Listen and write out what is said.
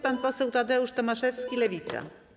Pan poseł Tadeusz Tomaszewski, Lewica.